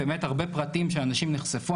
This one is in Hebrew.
ובאמת הרבה פרטים של אנשים שנחשפו,